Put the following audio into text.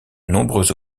nombreux